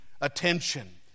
attention